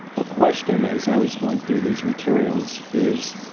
a question as i was going through these materials is